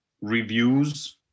reviews